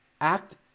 act